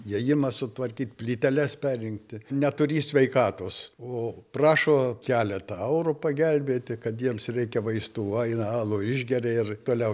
įėjimą sutvarkyt plyteles perrinkti neturiu sveikatos o prašo keletą eurų pagelbėti kad jiems reikia vaistų va eina alų išgeria ir toliau